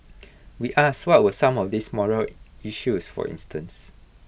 we asked what were some of these morale issues for instance